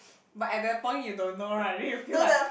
but at that point you don't know right then you feel like